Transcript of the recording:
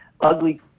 ugly